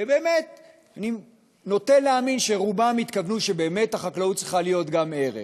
ובאמת אני נוטה להאמין שרובם התכוונו שבאמת החקלאות צריכה להיות גם ערך,